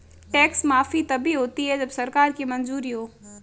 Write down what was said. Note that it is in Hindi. टैक्स माफी तभी होती है जब सरकार की मंजूरी हो